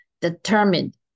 determined